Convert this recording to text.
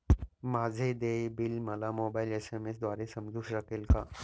माझे देय बिल मला मोबाइलवर एस.एम.एस द्वारे समजू शकेल का?